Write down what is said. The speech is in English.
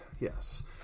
Yes